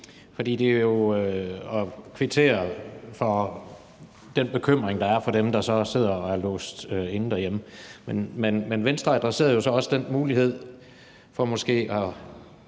trivslen og kvittere for den bekymring, der er, for dem, der sidder og er låst inde derhjemme. Men Venstre adresserede jo så også den mulighed for måske